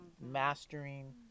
mastering